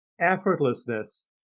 effortlessness